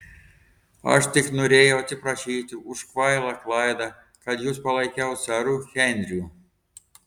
aš tik norėjau atsiprašyti už kvailą klaidą kad jus palaikiau seru henriu